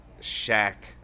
shack